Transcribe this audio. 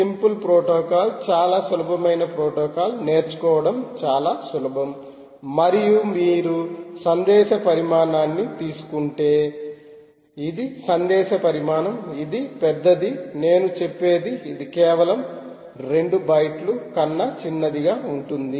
simple protocol చాలా సులభమైన protocol నేర్చుకోవడం చాలా సులభం మరియు మీరు సందేశ పరిమాణాన్ని తీసుకుంటే ఇది సందేశ పరిమాణం ఇది పెద్దది నేను చెప్పేది ఇది కేవలం రెండు బైట్లు కన్నా చిన్నదిగా ఉంటుంది